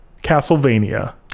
castlevania